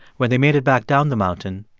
when they made it back down the mountain,